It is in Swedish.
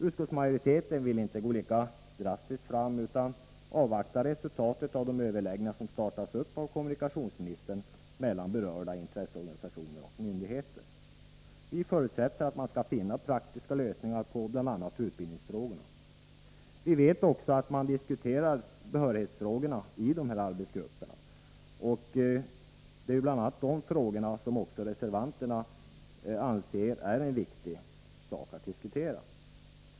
Utskottsmajoriteten vill inte gå lika drastiskt fram, utan avvaktar resultatet av de överläggningar som startas av kommunikationsministern mellan berörda intresseorganisationer och myndigheter. Vi förutsätter att man skall finna praktiska lösningar på bl.a. utbildningsfrågorna. Vi vet också att man i dessa arbetsgrupper diskuterar behörighetsfrågorna, och det är bl.a. dessa frågor som reservanterna anser det viktigt att diskutera.